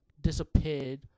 disappeared